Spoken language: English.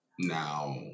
Now